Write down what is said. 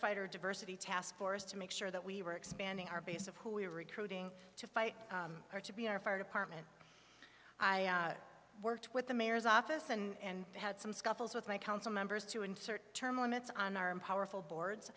fighter diversity task force to make sure that we were expanding our base of who we were recruiting to fight or to be our fire department i worked with the mayor's office and had some scuffles with my council members to insert term limits on our own powerful boards